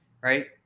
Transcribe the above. right